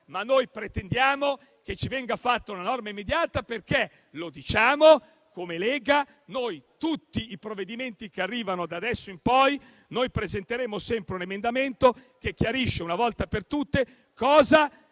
tema. Pretendiamo però che venga fatta una norma immediata. Come Lega diciamo che su tutti i provvedimenti che arrivano da adesso in poi, noi presenteremo sempre un emendamento che chiarisce una volta per tutte cosa